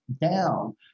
down